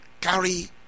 carry